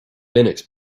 linux